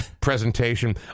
presentation